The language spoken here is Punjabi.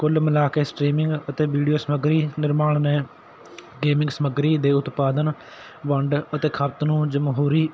ਕੁੱਲ ਮਿਲਾ ਕੇ ਸਟ੍ਰੀਮਿੰਗ ਅਤੇ ਵੀਡੀਓ ਸਮੱਗਰੀ ਨਿਰਮਾਣ ਨੇ ਗੇਮਿੰਗ ਸਮੱਗਰੀ ਦੇ ਉਤਪਾਦਨ ਵੰਡ ਅਤੇ ਖ਼ਪਤ ਨੂੰ ਜਮਹੂਰੀ